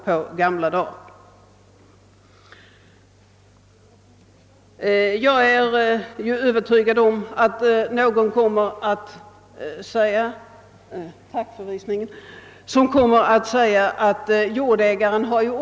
Nu kanske någon invänder att jordägarna också har intressen att bevaka i sådana här fall.